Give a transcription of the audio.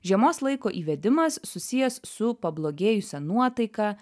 žiemos laiko įvedimas susijęs su pablogėjusia nuotaika